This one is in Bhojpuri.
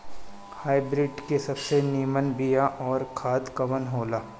हाइब्रिड के सबसे नीमन बीया अउर खाद कवन हो ला?